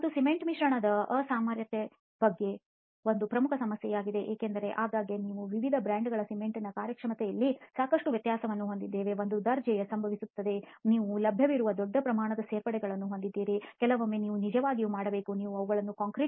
ಮತ್ತು ಸಿಮೆಂಟ್ ಮಿಶ್ರಣದ ಅಸಾಮರಸ್ಯತೆಯು ಮತ್ತೆ ಒಂದು ಪ್ರಮುಖ ಸಮಸ್ಯೆಯಾಗಿದೆ ಏಕೆಂದರೆ ಆಗಾಗ್ಗೆ ನಾವು ವಿವಿಧ ಬ್ರಾಂಡ್ಗಳ ಸಿಮೆಂಟ್ನ ಕಾರ್ಯಕ್ಷಮತೆಯಲ್ಲಿ ಸಾಕಷ್ಟು ವ್ಯತ್ಯಾಸಗಳನ್ನು ಹೊಂದಿದ್ದೇವೆ ಅದು ಒಂದೇ ದರ್ಜೆಗೆ ಸಂಬಂಧಿಸಿರಬಹುದು ಮತ್ತು ನೀವು ಲಭ್ಯವಿರುವ ದೊಡ್ಡ ಪ್ರಮಾಣದ ಸೇರ್ಪಡೆಗಳನ್ನು ಹೊಂದಿರುವಿರಿ ಕೆಲವೊಮ್ಮೆ ನೀವು ನಿಜವಾಗಿಯೂ ಮಾಡಬೇಕು ನೀವು ಅವುಗಳನ್ನು ಕಾಂಕ್ರೀಟ್